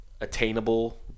attainable